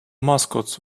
mascot